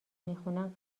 میخونن